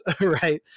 right